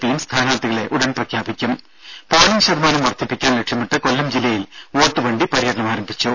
പിയും സ്ഥാനാർത്ഥികളെ ഉടൻ പ്രഖ്യാപിക്കും ത പോളിംഗ് ശതമാനം വർദ്ധിപ്പിക്കാൻ ലക്ഷ്യമിട്ട് കൊല്ലം ജില്ലയിൽ വോട്ട് വണ്ടി പര്യടനം ആരംഭിച്ചു